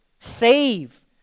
Save